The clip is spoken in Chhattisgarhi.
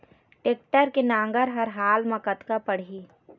टेक्टर के नांगर हर हाल मा कतका पड़िही?